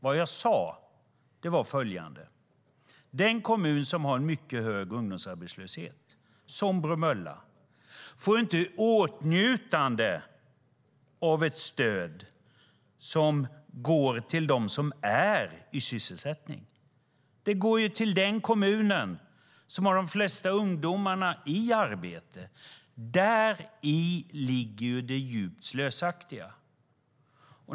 Vad jag sa var följande: Den kommun som har en mycket hög ungdomsarbetslöshet, som Bromölla, kommer inte i åtnjutande av ett stöd som går till dem som är i sysselsättning. Det går till den kommun som har de flesta av sina ungdomar i arbete. Däri ligger det djupt slösaktiga.